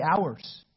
hours